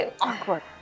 awkward